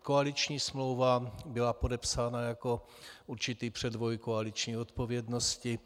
Koaliční smlouva byla podepsána jako určitý předvoj koaliční odpovědnosti.